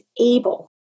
able